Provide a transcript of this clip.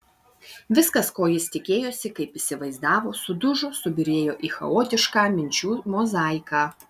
viskas ko jis tikėjosi kaip įsivaizdavo sudužo subyrėjo į chaotišką minčių mozaiką